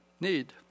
need